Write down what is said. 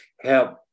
help